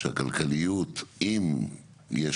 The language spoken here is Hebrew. שהכלכליות אם יש